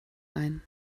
ein